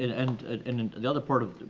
and in the other part of,